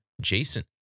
Jason